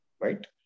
right